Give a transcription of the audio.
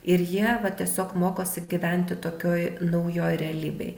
ir jie va tiesiog mokosi gyventi tokioj naujoj realybėj